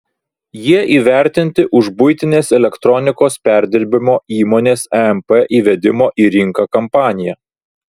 jie įvertinti už buitinės elektronikos perdirbimo įmonės emp įvedimo į rinką kampaniją